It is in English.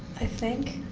i think,